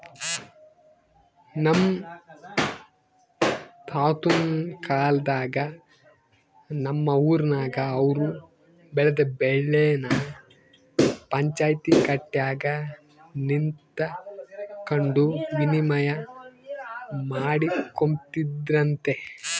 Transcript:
ನಮ್ ತಾತುನ್ ಕಾಲದಾಗ ನಮ್ ಊರಿನಾಗ ಅವ್ರು ಬೆಳ್ದ್ ಬೆಳೆನ ಪಂಚಾಯ್ತಿ ಕಟ್ಯಾಗ ನಿಂತಕಂಡು ವಿನಿಮಯ ಮಾಡಿಕೊಂಬ್ತಿದ್ರಂತೆ